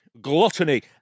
Gluttony